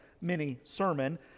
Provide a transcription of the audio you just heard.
mini-sermon